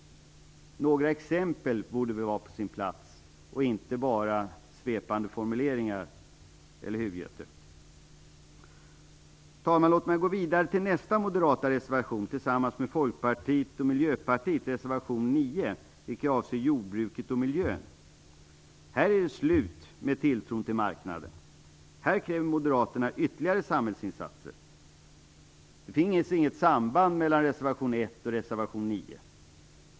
Några exempel borde väl vara på sin plats och inte bara svepande formuleringar, eller hur, Göte Jonsson? Herr talman! Låt mig gå vidare till nästa reservation, reservation 9, som Moderaterna har skrivit tillsammans med Folkpartiet och Miljöpartiet som avser jordbruket och miljön. Här är det slut med tilltron till marknaden. Här kräver man ytterligare samhällsinsatser. Det finns inget samband mellan reservation 1 och reservation 9.